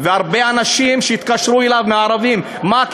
והרבה אנשים שהתקשרו אליו מהערבים: מה,